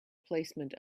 placement